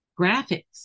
graphics